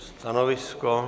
Stanovisko?